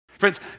Friends